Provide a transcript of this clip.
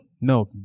no